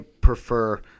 prefer